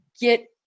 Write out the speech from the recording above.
get